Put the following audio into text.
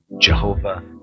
Jehovah